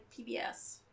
PBS